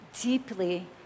deeply